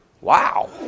Wow